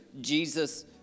Jesus